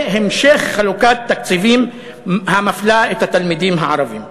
והמשך חלוקת תקציבים המפלה את התלמידים הערבים.